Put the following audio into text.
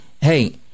hey